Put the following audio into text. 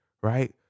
Right